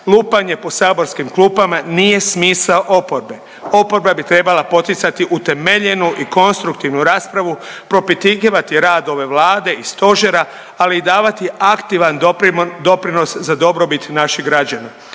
lupanje po saborskim klupama, nije smisao oporbe. Oporba bi trebala poticati utemeljenu i konstruktivnu raspravu, propitivati rad ove Vlade i Stožera, ali i davati aktivan doprinos za dobrobit naših građana.